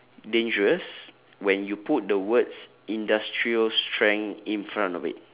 dangerous when you put the words industrial strength in front of it